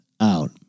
out